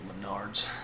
Menards